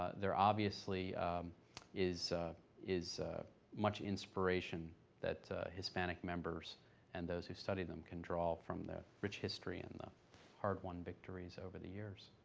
ah there obviously is is much inspiration that hispanics members and those who study them can draw from the rich history and the hard-won victories over the years.